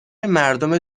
مردم